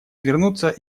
вернуться